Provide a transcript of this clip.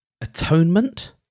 atonement